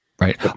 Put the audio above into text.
Right